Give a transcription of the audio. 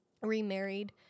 remarried